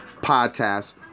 Podcast